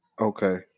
Okay